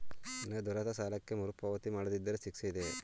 ನನಗೆ ದೊರೆತ ಸಾಲಕ್ಕೆ ಮರುಪಾವತಿ ಮಾಡದಿದ್ದರೆ ಶಿಕ್ಷೆ ಇದೆಯೇ?